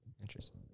Interesting